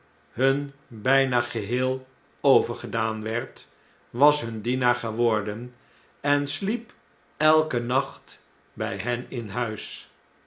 hun bflna geheel overgedaan werd was hun dienaar geworden en sliep elken nacht by hen in huis